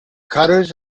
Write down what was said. cutters